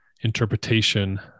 interpretation